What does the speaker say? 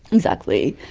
exactly.